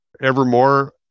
Evermore